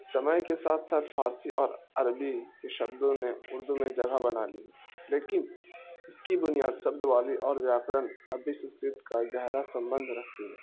سمےئے کے ساتھ ساتھ فارسی اور عربی کے شبدوں نے اردو میں جگہ بنا لی ہے لیکن اس کی بنیاد سبد والی اور ویایکرن ابھی سنسکرت کا گہرا سبندھ رکھتی ہے